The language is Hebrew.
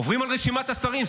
עוברים על רשימת השרים.